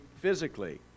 physically